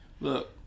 Look